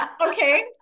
Okay